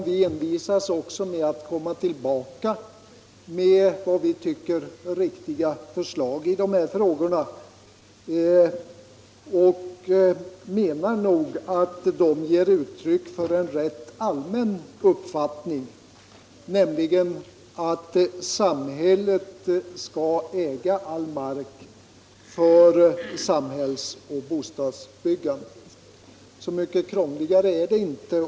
Vi envisas också med att återkomma med som vi tycker riktiga förslag i de här frågorna, och vi menar att de förslagen ger uttryck för en ganska allmän uppfattning, nämligen den att samhället skall äga all mark för samhälls och bostadsbyggande. Krångligare är det inte.